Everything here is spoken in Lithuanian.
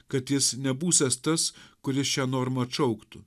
kad jis nebūsiąs tas kuris šią normą atšauktų